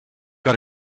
got